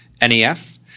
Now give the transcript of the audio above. NEF